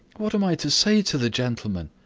what am i to say to the gentleman?